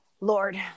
Lord